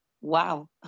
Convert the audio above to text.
Wow